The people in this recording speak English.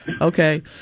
Okay